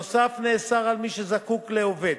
נוסף על כך נאסר על מי שזקוק לעובד,